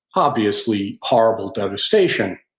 obviously, horrible devastation.